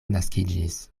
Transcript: naskiĝis